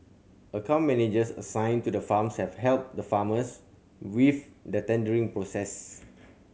account managers assigned to the farms have helped the farmers with the tendering process